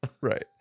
right